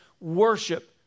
worship